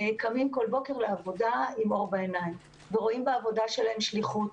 קמים כל בוקר לעבודה עם אור בעיניים ורואים בעבודה שלהם שליחות.